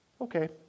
okay